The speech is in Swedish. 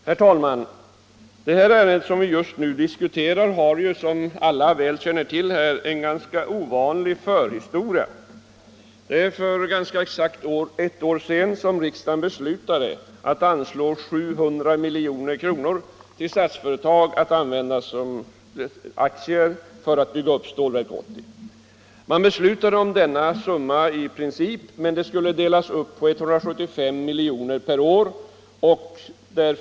Herr talman! Det ärende vi just nu diskuterar har, som alla väl känner till, en ganska ovanlig förhistoria. Det var för ganska exakt ett år sedan som riksdagen beslutade anslå 700 milj.kr. till Statsföretag att användas till aktieteckning för att bygga upp Stålverk 80. Riksdagen fattade i princip beslut om denna summa, men anslaget skulle delas upp med 175 milj.kr. per år.